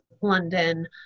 London